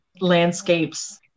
landscapes